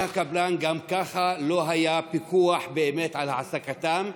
גם ככה לא היה פיקוח אמיתי על העסקתם,